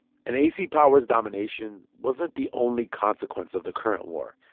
and ac power's domination wasn't the only consequence of the current war.